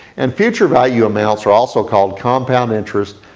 and future value amounts are also called compound interests.